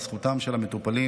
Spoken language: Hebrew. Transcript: על זכותם של המטופלים